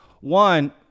One